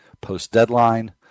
post-deadline